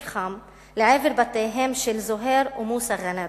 חם לעבר בתיהם של זוהיר ומוסא גנאדרי,